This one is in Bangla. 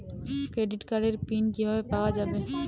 ক্রেডিট কার্ডের পিন কিভাবে পাওয়া যাবে?